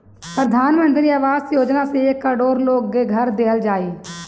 प्रधान मंत्री आवास योजना से एक करोड़ लोग के घर देहल जाई